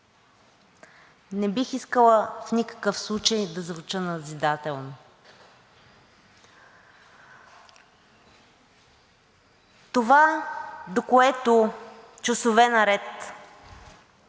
Не бих искала в никакъв случай да звуча назидателно. Това, до което часове наред